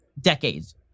decades